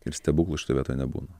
ir stebuklų šitoj vietoje nebūna